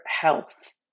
health